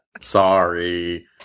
Sorry